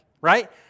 right